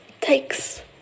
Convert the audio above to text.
takes